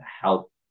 help